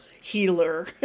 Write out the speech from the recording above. healer